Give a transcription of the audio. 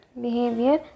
Behavior